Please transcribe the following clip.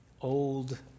old